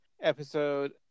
Episode